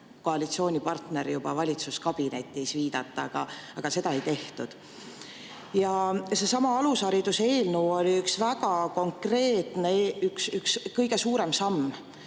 koalitsioonipartner juba valitsuskabinetis viidata. Aga seda ei tehtud. Ja seesama alushariduse eelnõu oli üks väga konkreetne, üks kõige suurem samm,